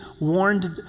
warned